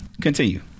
Continue